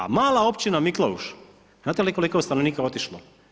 A mala općina Miklauš znate li koliko je stanovnika otišlo?